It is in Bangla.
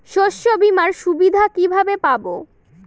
শস্যবিমার সুবিধা কিভাবে পাবো?